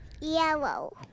Yellow